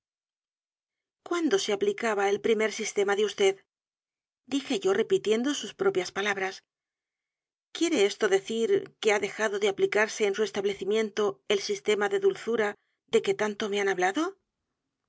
cuando se aplicaba el primer sistema de vd dije yo repitiendo sus propias palabras quiere esto decir que ha dejado de aplicarse en su establecimiento el sistema de dulzura de que tanto me han hablado